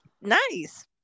Nice